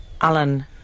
Alan